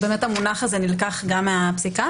המונח הזה נלקח גם מהפסיקה,